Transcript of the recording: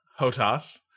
HOTAS